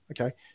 Okay